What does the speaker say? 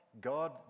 God